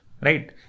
right